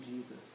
Jesus